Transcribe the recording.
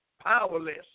powerless